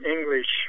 English